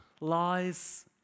Lies